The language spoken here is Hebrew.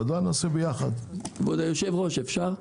כבוד היושב-ראש, אפשר?